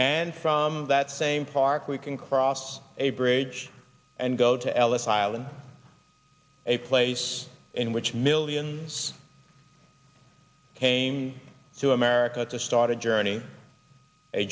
and from that same park we can cross a bridge and go to ellis island a place in which millions came to america to start a journey a